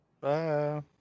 Bye